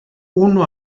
uno